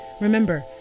Remember